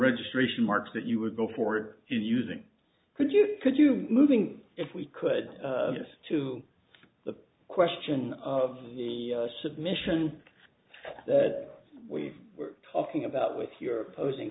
registration marks that you would go forward to using could you could you moving if we could get to the question of the submission that we were talking about with your opposing